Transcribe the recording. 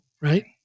right